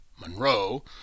Monroe